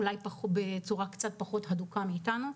אולי בצורה קצת פחות הדוקה מאיתנו.